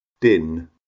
din